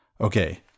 okay